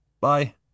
Bye